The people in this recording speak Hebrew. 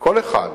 כל אחד,